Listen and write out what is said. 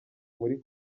muri